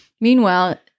Meanwhile